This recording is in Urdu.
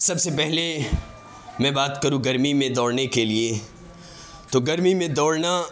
سب سے پہلے میں بات کروں گرمی دوڑنے کے لیے تو گرمی میں دوڑنا